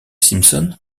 simpson